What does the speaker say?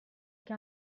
che